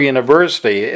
University